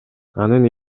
анын